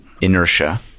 inertia